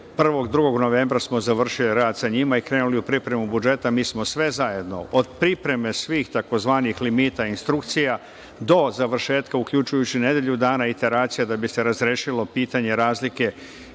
drugog novembra smo završili rad sa njima i krenuli u pripremu budžeta. Mi smo sve zajedno, od pripreme svih tzv. limita, instrukcija do završetka, uključujući nedelju dana iteracija da bi se razrešilo pitanje razlike